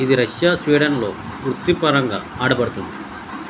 ఇది రష్యా స్వీడన్లో వృత్తిపరంగా ఆడబడుతుంది